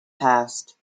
past